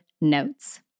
notes